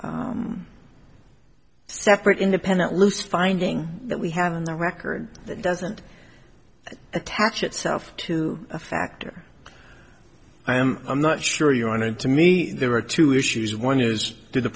a separate independent loose finding that we have in the record that doesn't attach itself to a factor i am i'm not sure you wanted to me there are two issues one is to the